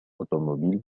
automobile